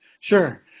Sure